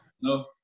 No